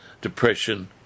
depression